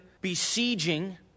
besieging